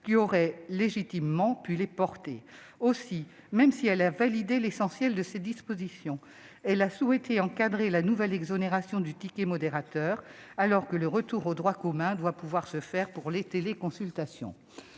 aurait légitimement pu les porter. Aussi, même si elle a validé l'essentiel de ces dispositions, elle a souhaité encadrer la nouvelle exonération du ticket modérateur, alors que le retour au droit commun doit pouvoir se faire pour les téléconsultations.